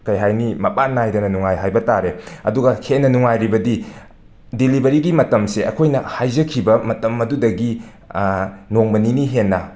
ꯀꯩ ꯍꯥꯏꯅꯤ ꯃꯄꯥꯟ ꯅꯥꯏꯗꯅ ꯅꯨꯉꯥꯏ ꯍꯥꯏꯕꯇꯥꯔꯦ ꯑꯗꯨꯒ ꯍꯦꯟꯅ ꯅꯨꯉꯥꯏꯔꯤꯕꯗꯤ ꯗꯤꯂꯤꯕꯦꯔꯤꯒꯤ ꯃꯇꯝꯁꯦ ꯑꯩꯈꯣꯏꯅ ꯍꯥꯏꯖꯈꯤꯕ ꯃꯇꯝ ꯑꯗꯨꯗꯒꯤ ꯅꯣꯡꯃ ꯅꯤꯅꯤ ꯍꯦꯟꯅ